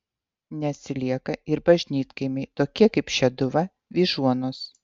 neatsilieka ir bažnytkaimiai tokie kaip šeduva vyžuonos